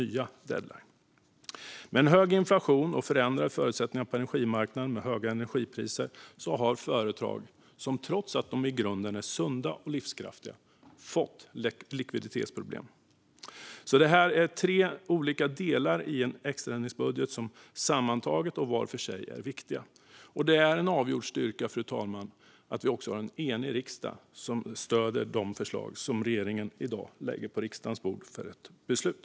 Hög inflation och förändrade förutsättningar på energimarknaden med höjda energipriser har gett många företag som i grunden är sunda och livskraftiga likviditetsproblem. Dessa tre delar i den extra ändringsbudgeten är både sammantaget och var för sig viktiga, och det är en avgjord styrka att en enig riksdag stöder de förslag som regeringen i dag lägger på riksdagens bord för beslut.